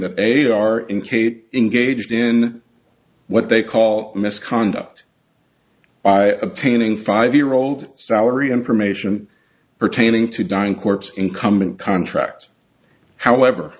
they are in cape engaged in what they call misconduct by obtaining five year old salary information pertaining to dying corpse incumbent contract however